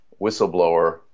whistleblower